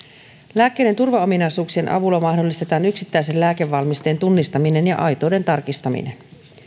lääkkeiden turvaominaisuuksien avulla mahdollistetaan yksittäisen lääkevalmisteen tunnistaminen ja aitouden tarkistaminen